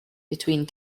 between